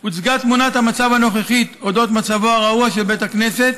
הוצגה תמונת המצב הנוכחית על אודות מצבו הרעוע של בית הכנסת,